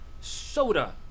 soda